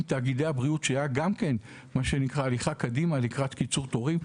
עם תאגידי הבריאות שהיה הליכה קדימה לקראת קיצור תורים,